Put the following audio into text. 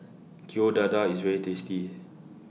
Kueh Dadar IS very tasty